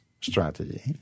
strategy –